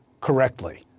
correctly